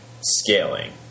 scaling